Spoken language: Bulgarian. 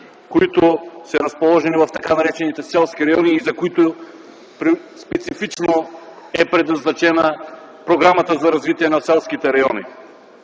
които са разположени в така наречените селски райони и за които специфично е предназначена Програмата за развитие на селските райони.